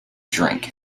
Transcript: drink